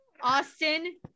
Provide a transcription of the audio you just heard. Austin